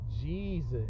Jesus